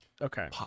okay